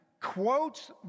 quotes